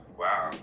wow